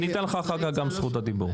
אתן לך אחר כך את זכות הדיבור.